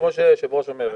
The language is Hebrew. כפי שהיושבת-ראש אומרת,